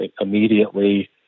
immediately